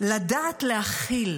לדעת להכיל